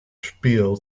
spiel